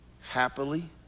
happily